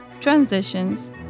Transitions